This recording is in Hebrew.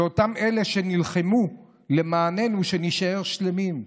הם אלה שנלחמו למעננו, שנישאר שלמים,